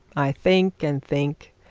i think, and think,